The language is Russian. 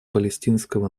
палестинского